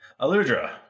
Aludra